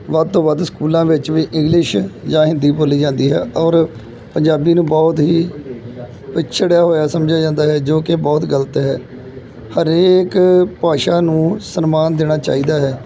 ਵੱਧ ਤੋਂ ਵੱਧ ਸਕੂਲਾਂ ਵਿੱਚ ਵੀ ਇੰਗਲਿਸ਼ ਜਾਂ ਹਿੰਦੀ ਬੋਲੀ ਜਾਂਦੀ ਹੈ ਔਰ ਪੰਜਾਬੀ ਨੂੰ ਬਹੁਤ ਹੀ ਪਿਛੜਿਆ ਹੋਇਆ ਸਮਝਿਆ ਜਾਂਦਾ ਹੈ ਜੋ ਕਿ ਬਹੁਤ ਗ਼ਲਤ ਹੈ ਹਰੇਕ ਭਾਸ਼ਾ ਨੂੰ ਸਨਮਾਨ ਦੇਣਾ ਚਾਹੀਦਾ ਹੈ